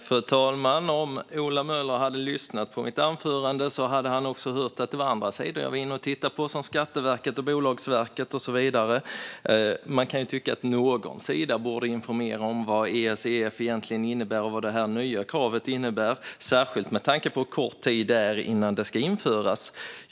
Fru talman! Om Ola Möller hade lyssnat på mitt anförande hade han också hört att jag har tittat på andra sidor, till exempel Skatteverket och Bolagsverket. Man kan tycka att någon sida borde informera om vad Esef egentligen innebär och vad det nya kravet innebär, särskilt med tanke på hur kort tid det är innan det ska införas.